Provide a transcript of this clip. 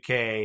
UK